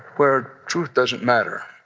where truth doesn't matter.